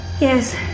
Yes